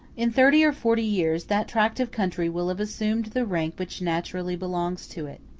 in thirty or forty years, that tract of country will have assumed the rank which naturally belongs to it.